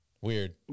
Weird